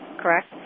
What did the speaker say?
correct